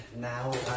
now